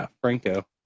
Franco